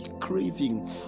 craving